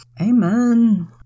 Amen